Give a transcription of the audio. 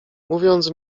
mówiąc